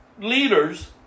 leaders